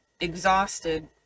exhausted